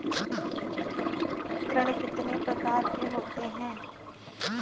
ऋण कितनी प्रकार के होते हैं?